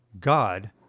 God